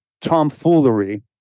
tomfoolery